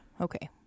Okay